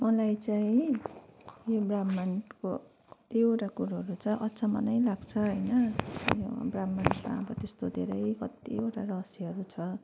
मलाई चाहिँ यो ब्रह्माण्डको कतिवटा कुराहरू चाहिँ अचम्म नै लाग्छ होइन ब्रह्माण्डमा अब त्यस्तो धेरै कतिवटा रहस्यहरू छ